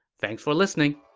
thanks for listening!